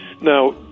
Now